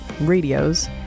radios